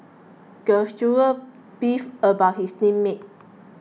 the student beefed about his team mates